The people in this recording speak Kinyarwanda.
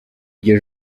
iryo